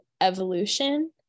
evolution